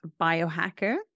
biohacker